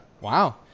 Wow